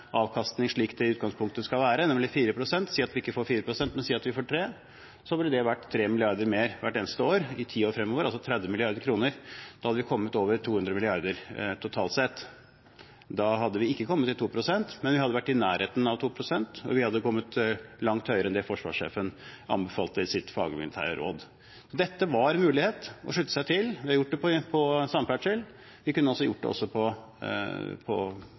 avkastning slik det i utgangspunktet skal være, nemlig 4 pst. – si at vi ikke får 4 pst., men at vi får 3 – ville det vært 3 mrd. kr mer hvert eneste år i ti år fremover, altså 30 mrd. kr. Da hadde vi kommet over 200 mrd. kr totalt sett. Da hadde vi ikke kommet til 2 pst., men vi hadde vært i nærheten av 2 pst., og vi hadde kommet langt høyere enn det forsvarssjefen anbefalte i sitt fagmilitære råd. Dette var det mulig å slutte seg til. Vi har gjort det innen samferdsel, vi kunne ha gjort det også på